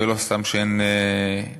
ולא סתם אין הסתייגויות,